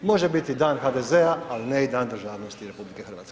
Može biti dan HDZ-a, ali ne i Dan državnosti RH.